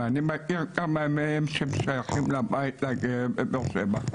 ואני מכיר כמה מהם שהם שייכים לבית הגאה בבאר שבע,